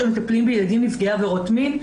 שמטפלים בילדים נפגעי עבירות מין.